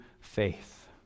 faith